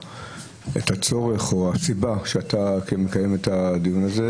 הצורך או הסיבה שאתה מקיים את הדיון הזה,